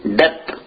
depth